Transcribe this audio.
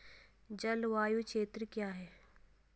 जलवायु क्षेत्र क्या है?